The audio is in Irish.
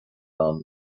ann